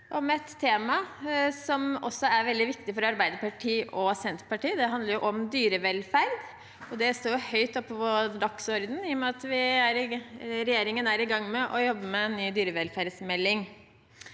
et tema som også er veldig viktig for Arbeiderpartiet og Senterpartiet. Det handler om dyrevelferd, og det står høyt på dagsordenen i og med at regjeringen er i gang med å jobbe med en ny dyrevelferdsmelding.